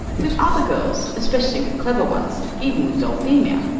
with other girls, especially with clever ones, even with dulphemia.